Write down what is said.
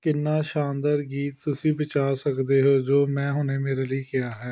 ਕਿੰਨਾ ਸ਼ਾਨਦਾਰ ਗੀਤ ਤੁਸੀਂ ਬਚਾ ਸਕਦੇ ਹੋ ਜੋ ਮੈਂ ਹੁਣੇ ਮੇਰੇ ਲਈ ਕਿਹਾ ਹੈ